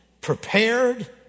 prepared